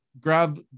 grab